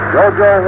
JoJo